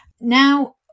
Now